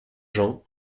jean